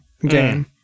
game